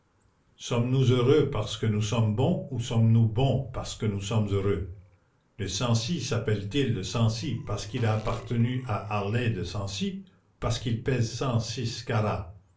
sommes-nous heureux parce que nous sommes bons ou sommes-nous bons parce que nous sommes heureux le sancy s'appelle-t-il le sancy parce qu'il a appartenu à harlay de sancy ou parce qu'il pèse cent six carats